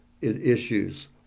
issues